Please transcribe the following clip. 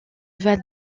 val